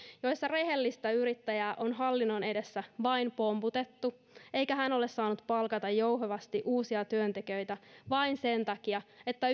joissa rehellistä yrittäjää on hallinnon edessä vain pomputettu eikä hän ole saanut palkata jouhevasti uusia työntekijöitä vain sen takia että